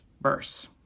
verse